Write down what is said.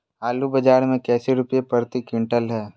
आलू बाजार मे कैसे रुपए प्रति क्विंटल है?